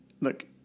Look